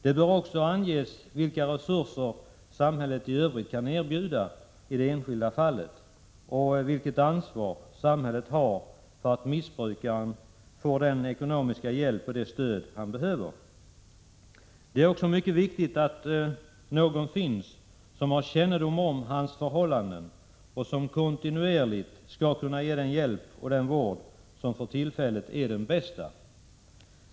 Det bör också anges vilka resurser samhället i övrigt kan erbjuda i det enskilda fallet och vilket ansvar samhället har för att missbrukaren får den ekonomiska hjälp och det stöd han behöver. Det är också mycket viktigt att någon finns som har kännedom om hans förhållanden och kontinuerligt kan ge den hjälp och den vård som för tillfället är den bästa.